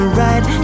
right